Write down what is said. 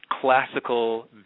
classical